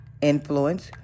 influence